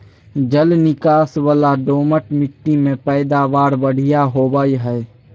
जल निकास वला दोमट मिट्टी में पैदावार बढ़िया होवई हई